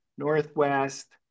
Northwest